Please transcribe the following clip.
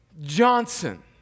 Johnson